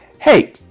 Hey